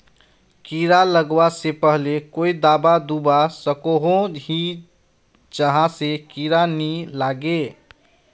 कीड़ा लगवा से पहले कोई दाबा दुबा सकोहो ही जहा से कीड़ा नी लागे?